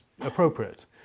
appropriate